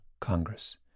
Congress